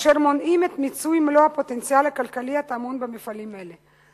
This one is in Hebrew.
אשר מונעים את מיצוי מלוא הפוטנציאל הכלכלי הטמון במפעלים אלה.